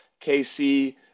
KC